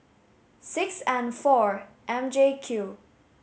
six N four M J Q